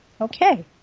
okay